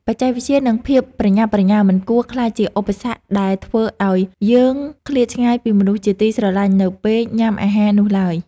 បច្ចេកវិទ្យានិងភាពប្រញាប់ប្រញាល់មិនគួរក្លាយជាឧបសគ្គដែលធ្វើឲ្យយើងឃ្លាតឆ្ងាយពីមនុស្សជាទីស្រលាញ់នៅពេលញ៉ាំអាហារនោះឡើយ។